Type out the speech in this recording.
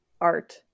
art